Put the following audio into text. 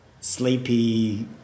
sleepy